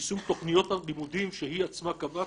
ישום תוכניות הלימודים שהיא עצמה קבעה,